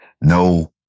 no